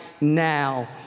now